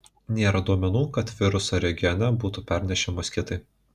nėra duomenų kad virusą regione būtų pernešę moskitai